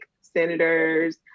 senators